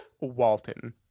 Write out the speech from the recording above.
walton